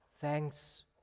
thanks